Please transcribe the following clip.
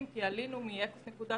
מקצרים,